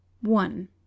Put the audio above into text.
One